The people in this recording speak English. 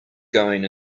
going